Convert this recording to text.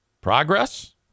Progress